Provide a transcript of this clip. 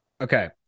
Okay